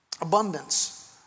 Abundance